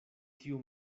tiu